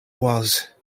was